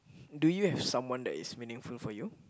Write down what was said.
do you have someone that is meaningful for you